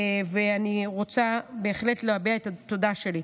ואני רוצה בהחלט להביע את התודה שלי.